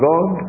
God